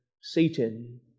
Satan